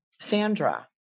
Sandra